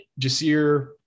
Jasir